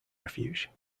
refuge